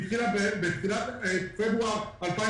הקורונה התחילה בתחילת פברואר 2020,